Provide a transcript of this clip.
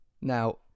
Now